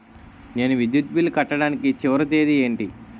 నేను విద్యుత్ బిల్లు కట్టడానికి చివరి తేదీ ఏంటి?